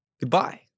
goodbye